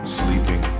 sleeping